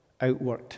outworked